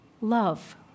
Love